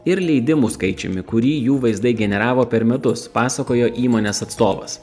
ir leidimų skaičiumi kurį jų vaizdai generavo per metus pasakojo įmonės atstovas